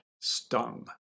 stung